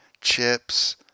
chips